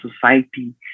society